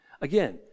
Again